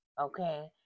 Okay